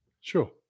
Sure